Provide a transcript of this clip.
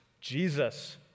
Jesus